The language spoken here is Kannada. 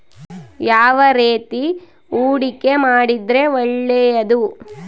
ಯಾವ ರೇತಿ ಹೂಡಿಕೆ ಮಾಡಿದ್ರೆ ಒಳ್ಳೆಯದು?